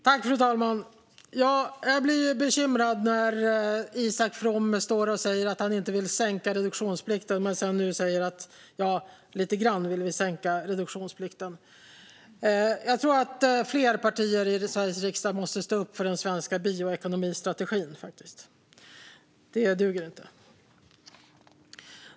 Fru talman! Jag blir bekymrad när Isak From står och säger att han inte vill sänka reduktionsplikten men sedan säger: Ja, lite grann vill vi sänka reduktionsplikten. Jag tror att fler partier i Sveriges riksdag måste stå upp för den svenska bioekonomistrategin. Detta duger inte.